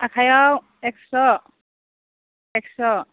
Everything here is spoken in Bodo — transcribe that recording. आखायाव एकस' एकस'